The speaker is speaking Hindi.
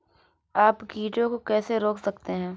आप कीटों को कैसे रोक सकते हैं?